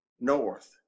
north